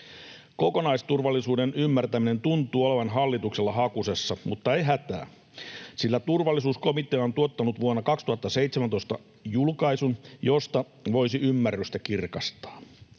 Kokonaisturvallisuuden ymmärtäminen tuntuu olevan hallituksella hakusessa, mutta ei hätää, sillä turvallisuuskomitea on tuottanut vuonna 2017 julkaisun, josta voisi ymmärrystä kirkastaa.